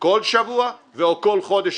כל שבוע וכל חודש,